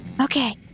Okay